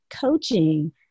coaching